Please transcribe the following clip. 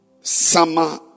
Summer